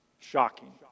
shocking